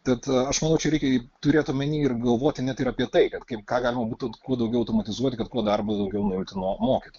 tad aš manau čia reikia turėti omenyje ir galvoti ne tik apie tai kad kaip ką galima būtų kuo daugiau automatizuoti kad darbo daugiau nuimti nuo mokytojų